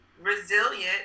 resilient